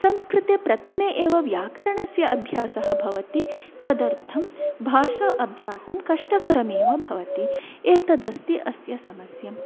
संस्कृते प्रथमे एव व्याकरणस्य अभ्यासः भवति तदर्थं भाषा अभ्यासं कष्टकरमेव भवति एतद् अस्ति अस्य समस्या